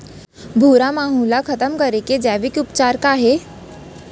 भूरा माहो ला खतम करे के जैविक उपचार का हे?